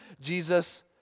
Jesus